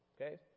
okay